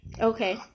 Okay